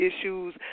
issues